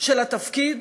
של התפקיד,